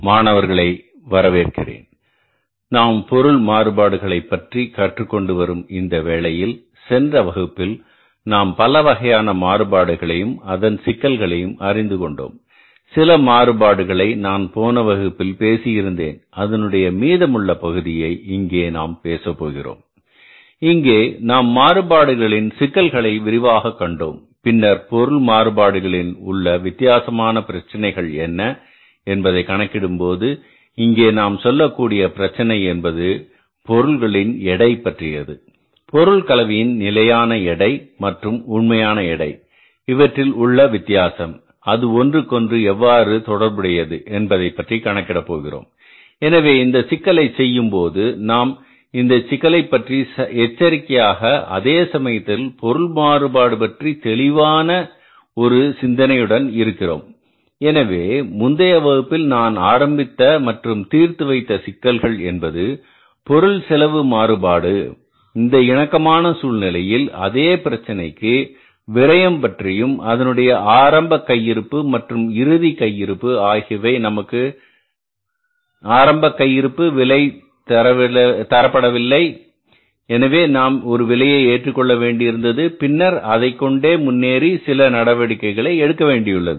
மாணவர்களை வரவேற்கிறேன் நாம் பொருள் மாறுபாடுகளை பற்றி கற்றுக் கொண்டு வரும் இந்த வேளையில் சென்ற வகுப்பில் நாம் பல வகையான மாறுபாடுகளையும் அதன் சிக்கல்களையும் அறிந்து கொண்டோம் சில மாறுபாடுகளை நான் போன வகுப்பில் பேசியிருந்தேன் அதனுடைய மீதமுள்ள பகுதியை இங்கே நாம் பேசப் போகிறோம் இங்கே நாம் மாறுபாடுகளின் சிக்கல்களையும் விரிவாகக் கண்டோம் பின்னர் பொருள் மாறுபாடுகளின் உள்ள வித்தியாசமான பிரச்சனைகள் என்ன என்பதை கணக்கிடும் போது இங்கே நாம் சொல்லக்கூடிய பிரச்சனை என்பது பொருட்களின் எடை பற்றியது பொருள் கலவையின் நிலையான எடை மற்றும் உண்மையான எடை இவற்றில் உள்ள வித்தியாசம் அது ஒன்றுக்கொன்று எவ்வாறு தொடர்புடையது என்பதை பற்றி கணக்கிட போகிறோம் எனவே இந்த சிக்கலை செய்யும்போது நாம் இந்தச் சிக்கலைப் பற்றி எச்சரிக்கையாக அதே சமயத்தில் பொருள் மாறுபாடு பற்றி மிகத்தெளிவான ஒரு சிந்தனையுடனும் இருக்கிறோம் எனவே முந்தைய வகுப்பில் நான் ஆரம்பித்த மற்றும் தீர்த்து வைத்த சிக்கல்கள் என்பது பொருள் செலவு மாறுபாடு இந்த இணக்கமான சூழ்நிலையில் அதே பிரச்சனைக்கு விரையம் பற்றியும் அதனுடைய ஆரம்ப கையிருப்பு மற்றும் இறுதி கையிருப்பு ஆகியவை நமக்கு ஆரம்ப கையிருப்பு விலை தரப்படவில்லை எனவே நாம் ஒரு விலையை ஏற்றுக்கொள்ள வேண்டியிருக்கிறது பின்னர் அதைக்கொண்டே முன்னேறி சில நடவடிக்கைகளை எடுக்க வேண்டியுள்ளது